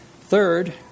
Third